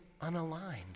unaligned